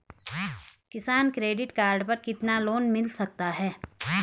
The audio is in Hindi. किसान क्रेडिट कार्ड पर कितना लोंन मिल सकता है?